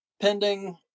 pending